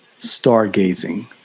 stargazing